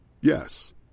Yes